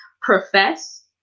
profess